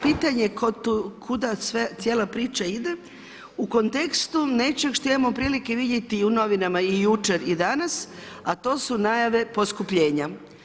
Pitanje je kuda sve, cijela priča ide u kontekstu nečeg što imamo prilike vidjeti i u novinama i jučer i danas, a to su najave poskupljenja.